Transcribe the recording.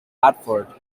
radford